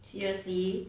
seriously